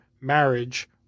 marriage